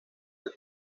del